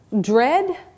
dread